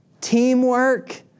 teamwork